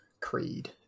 Creed